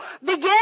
Begin